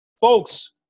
folks